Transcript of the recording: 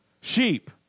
Sheep